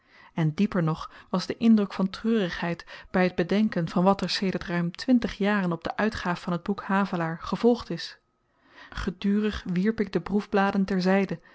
en dieper nog was de indruk van treurigheid by t bedenken van wat er uit sedert ruim twintig jaren op de uitgaaf van t boek havelaar gevolgd is gedurig wierp ik de proefbladen terzyde